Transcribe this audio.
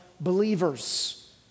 believers